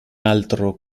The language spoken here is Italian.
altro